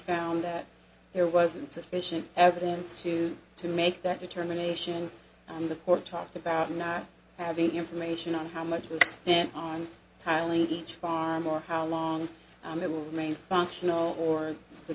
found that there wasn't sufficient evidence to to make that determination in the court talked about not having information on how much was spent on timely each more how long it will remain functional or the